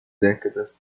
décadas